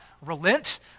relent